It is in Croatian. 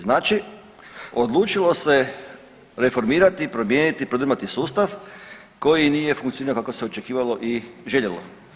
Znači odlučilo se reformirati i promijeniti, prodrmati sustav koji nije funkcionirao kako se očekivalo i željelo.